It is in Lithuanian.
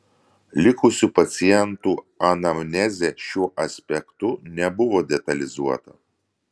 likusių pacientų anamnezė šiuo aspektu nebuvo detalizuota